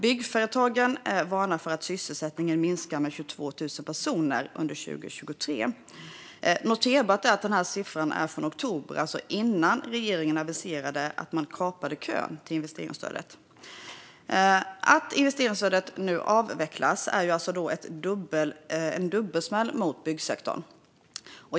Byggföretagen varnar för att antalet sysselsatta kan minska med 22 000 under 2023. Noterbart är att denna siffra är från oktober, alltså innan regeringen aviserade att man kapar kön till investeringsstödet. Att investeringsstödet avvecklas är alltså en dubbelsmäll mot byggsektorn.